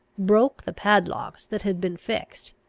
broke the padlocks that had been fixed,